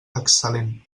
excel·lent